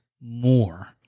more